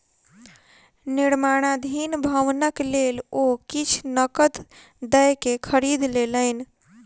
निर्माणाधीन भवनक लेल ओ किछ नकद दयके खरीद लेलैन